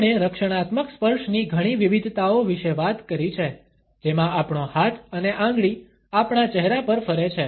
આપણે રક્ષણાત્મક સ્પર્શની ઘણી વિવિધતાઓ વિશે વાત કરી છે જેમાં આપણો હાથ અને આંગળી આપણા ચહેરા પર ફરે છે